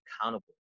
accountable